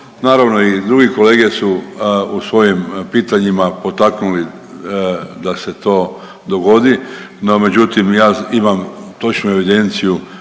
Naravno i drugi kolege su u svojim pitanjima potaknuli da se to dogodi, no međutim ja imam točnu evidenciju